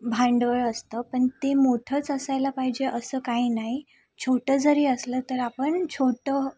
भांडवल असतं पण ते मोठंच असायला पाहिजे असं काही नाही छोटं जरी असलं तर आपण छोटं